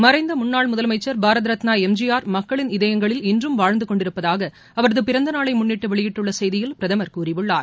மறைந்த முன்னாள் முதலமைச்சர் பாரதரத்னா எம்ஜிஆர் மக்களின் இதயங்களில் இன்றும் வாழ்ந்து கொண்டிருப்பதாக அவரது பிறந்தநாளை முன்னிட்டு வெளியிட்டுள்ள செய்தியில் பிரதமர் கூறியுள்ளார்